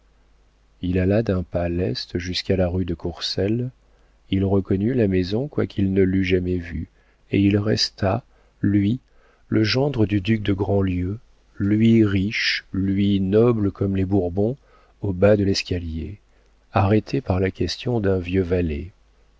il alla d'un pas leste jusqu'à la rue de courcelles il reconnut la maison quoiqu'il ne l'eût jamais vue et il resta lui le gendre du duc de grandlieu lui riche lui noble comme les bourbons au bas de l'escalier arrêté par la question d'un vieux valet